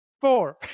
four